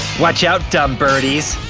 watch out, dumb birdies!